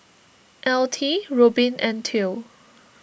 Altie Robyn and theo